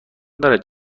دارد